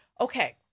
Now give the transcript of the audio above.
Okay